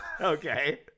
Okay